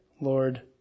Lord